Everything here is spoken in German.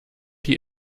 die